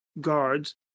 guards